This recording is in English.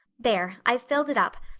there, i've filled it up,